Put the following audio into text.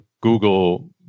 Google